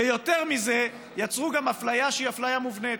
ויותר מזה, יצרו אפליה שהיא אפליה מובנית.